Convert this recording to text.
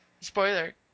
Spoiler